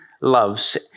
Loves